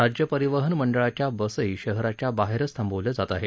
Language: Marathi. राज्य परिवहन मंडळाच्या बसही शहराच्या बाहेरच थांबवल्या जात आहेत